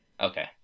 Okay